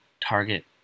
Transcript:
Target